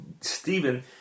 Stephen